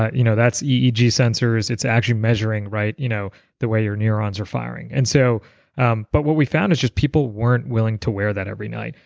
ah you know that's eeg sensors, it's actually measuring you know the way your neurons are firing. and so um but what we found is just people weren't willing to wear that every night,